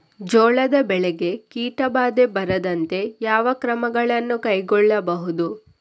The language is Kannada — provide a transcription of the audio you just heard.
ಜೋಳದ ಬೆಳೆಗೆ ಕೀಟಬಾಧೆ ಬಾರದಂತೆ ಯಾವ ಕ್ರಮಗಳನ್ನು ಕೈಗೊಳ್ಳಬಹುದು?